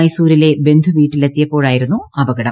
മൈസൂരിലെ ബന്ധുവീട്ടിലെത്തിയ പ്പോഴായിരുന്നു അപകടം